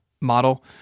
model